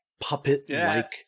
puppet-like